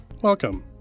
Welcome